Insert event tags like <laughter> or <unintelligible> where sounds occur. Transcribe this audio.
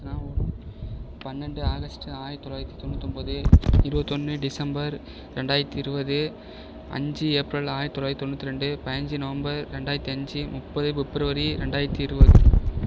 <unintelligible> பன்னெண்டு ஆகஸ்டு ஆயிரத்து தொள்ளாயிரத்து தொண்ணுாற்றி ஒம்பது இருபத்து ஒன்று டிசம்பர் ரெண்டாயிரத்து இருபது அஞ்சு ஏப்ரல் ஆயிரத்து தொள்ளாயிரத்து தொண்ணுாற்றி ரெண்டு பதினைஞ்சி நவம்பர் ரெண்டாயிரத்து அஞ்சு முப்பது பிப்ரவரி ரெண்டாயிரத்து இருபது